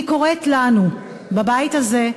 אני קוראת לנו בבית הזה,